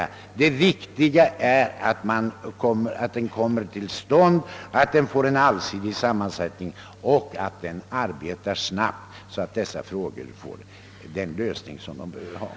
Det viktiga är att utredningen kommer till stånd, får en allsidig sammansättning och arbetar snabbt, så att dessa frågor får den erforderliga lösningen.